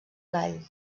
gall